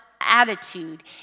attitude